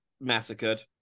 massacred